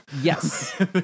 Yes